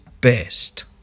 best